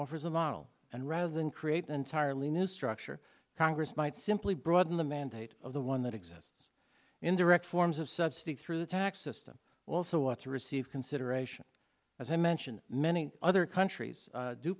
offers a model and rather than create an entirely new structure congress might simply broaden the mandate of the one that exists in direct forms of subsidy through the tax system also ought to receive consideration as i mentioned many other countries